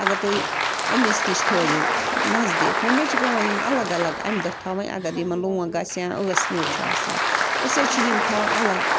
اَگر تُہۍ أمِس نِش تھٲیِو نَزدیٖک وٕنۍ حظ چھِ پٮ۪وان یِم اَلگ اَلگ اَمہِ دۄہ تھاوٕنۍ اَگر یِمَن لونٛگ آسہِ یا ٲس نیوٗر چھُ آسان أسۍ حظ چھِ یِم تھاوان اَلگ